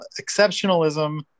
exceptionalism